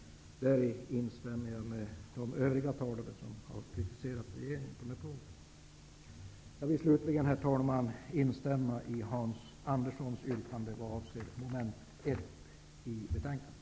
Där instämmer jag med de övriga talare som har kritiserat regeringen. Herr talman! Jag instämmer i Hans Anderssons yrkande vad avser mom. 1 i betänkandet.